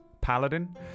paladin